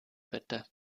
bitte